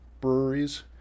breweries